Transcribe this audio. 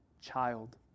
child